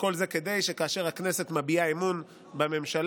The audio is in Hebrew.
וכל זה כדי שכאשר הכנסת מביעה אמון בממשלה,